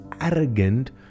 arrogant